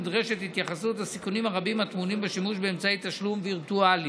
נדרשת התייחסות לסיכונים הרבים הטמונים בשימוש באמצעי תשלום וירטואליים,